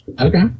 Okay